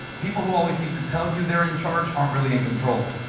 people who always need to tell you they're in charge aren't really in control